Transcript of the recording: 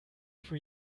für